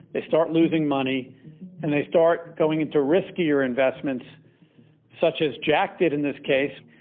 they start losing money and they start going into riskier investments such as jack did in this case.